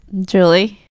Julie